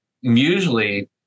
usually